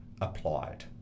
Applied